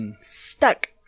stuck